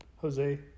Jose